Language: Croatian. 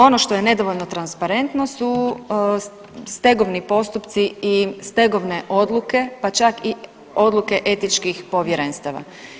Ono što je nedovoljno transparentno su stegovni postupci i stegovne odluke, pa čak i odluke etičkih povjerenstava.